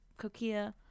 kokia